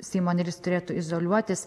seimo narys turėtų izoliuotis